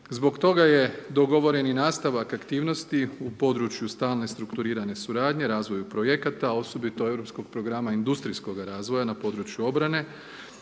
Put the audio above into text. zbog toga je dogovoreni i nastavak aktivnosti u području stalne strukturirane suradnje, razvoju projekata, a osobito Europskog programa industrijskog razvoja na području obrane